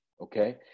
okay